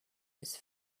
his